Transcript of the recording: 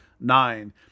nine